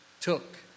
took